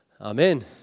Amen